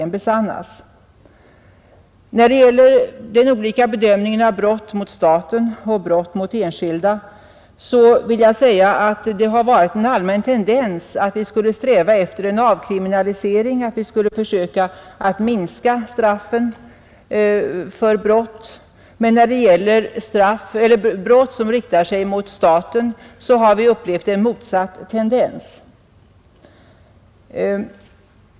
När det gäller den olika bedömningen av brott mot staten och brott mot enskilda har det varit en allmän tendens att vi i det senare fallet skulle sträva efter en avkriminalisering och försöka minska straffen för brott. I fråga om brott som riktar sig mot staten har vi upplevt en motsatt tendens.